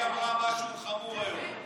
היא אמרה משהו חמור היום,